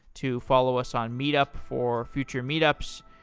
to follow us on meet up for future meet ups,